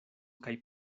kaj